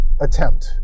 attempt